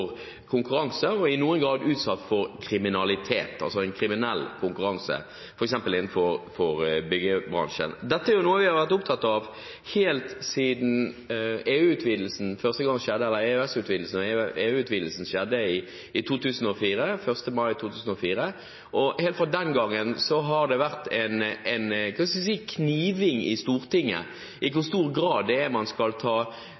konkurranse, og i noen grad utsatt for kriminalitet – altså kriminell konkurranse – f.eks. innenfor byggebransjen. Dette er noe vi har vært opptatt av helt siden EØS- og EU-utvidelsen skjedde den 1. mai 2004. Helt siden den gangen har det vært en kniving i Stortinget om i hvor stor grad man skal ta den